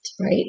right